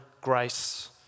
grace